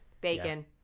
bacon